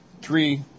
three